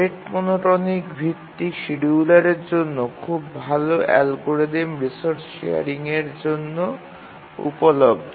rate monotonic ভিত্তিক শিডিয়ুলারের জন্য খুব ভাল অ্যালগরিদম রিসোর্স শেয়ারিংয়ের জন্য উপলব্ধ